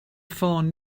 ffôn